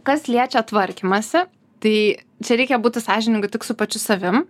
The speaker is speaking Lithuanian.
kas liečia tvarkymąsi tai čia reikia būti sąžiningu tik su pačiu savim